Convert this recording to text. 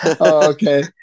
Okay